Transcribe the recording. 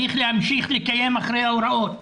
צריך להמשיך לקיים אחרי ההוראות.